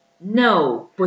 No